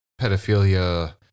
pedophilia